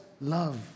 love